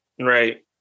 Right